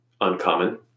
uncommon